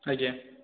ଆଜ୍ଞା